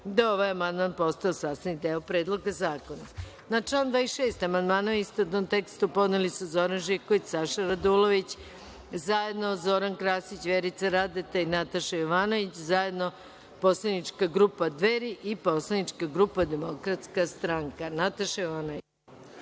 je ovaj amandman postao sastavni deo Predloga zakona. Na član 26. amandmane, u istovetnom tekstu, podneli su Zoran Živković, Saša Radulović i zajedno Zoran Krasić, Vjerica Radeta, Nataša Jovanović, zajedno poslanička grupa Dveri i poslanička grupa DS.Reč ima narodni